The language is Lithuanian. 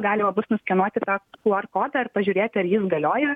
galima bus nuskenuoti tą qr kodą ir pažiūrėti ar jis galioja